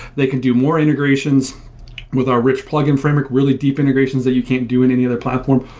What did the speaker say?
they can do more integrations with our rich plug-in framework, really deep integrations that you can't do in any other platform,